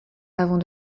avant